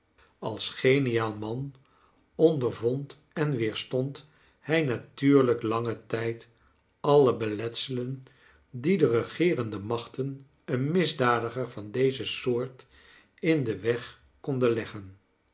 als geniaal man ondervond en weerstond hij natuurlijk langen tijd alle beletselen die de regeerende machten een misdadiger van deze soort in den weg konden leggen